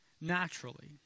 naturally